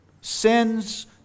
Sin's